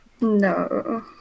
No